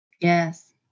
Yes